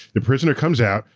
the prisoner comes out,